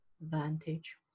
vantage